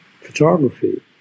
Photography